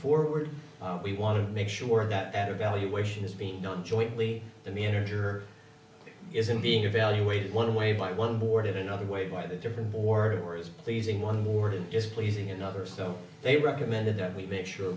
forward we want to make sure that evaluation is being done jointly the manager isn't being evaluated one way by one board in another way by the different board or is pleasing one more than just pleasing another so they recommended that we make sure